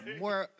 more